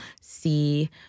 see